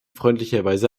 freundlicherweise